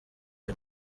ayo